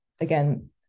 again